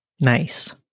Nice